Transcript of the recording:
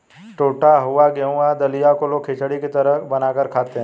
टुटा हुआ गेहूं या दलिया को लोग खिचड़ी की तरह बनाकर खाते है